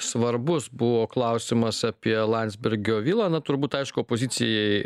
svarbus buvo klausimas apie landsbergio vilą na turbūt aišku opozicijai